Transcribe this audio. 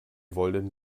wollen